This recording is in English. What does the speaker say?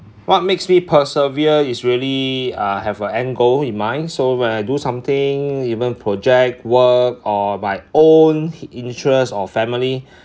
what makes me persevere it's really uh have an end goal in mind so when I do something even project work or my own interest or family